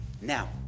now